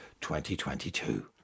2022